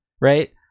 right